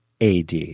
AD